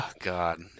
God